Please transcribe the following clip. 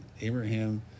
Abraham